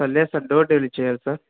సరే లేదు sir door delivery చేయాలి సార్